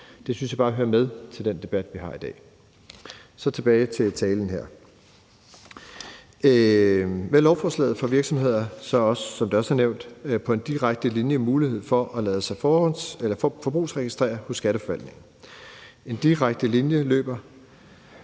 Det synes jeg bare hører med til den debat, vi har i dag. Kl. 12:38 Så tilbage til talen her. Med lovforslaget får virksomheder så, som det også er nævnt, på en direkte linje mulighed for at lade sig forbrugsregistrere hos Skatteforvaltningen. Der løber